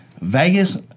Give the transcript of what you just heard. Vegas